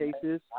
cases